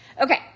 Okay